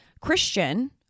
Christian